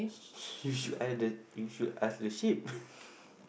you should either you should ask the sheep